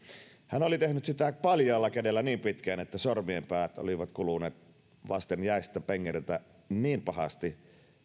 hän oli tehnyt sitä paljaalla kädellä niin pitkään että sormien päät olivat kuluneet vasten jäistä pengertä niin pahasti